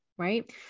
right